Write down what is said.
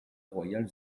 royal